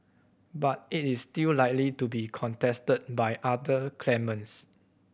but it is still likely to be contested by other claimants